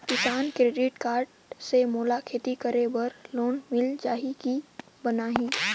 किसान credit card से मोला खेती करे बर लोन मिल जाहि की बनही??